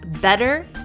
better